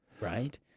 right